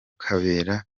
kabera